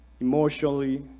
emotionally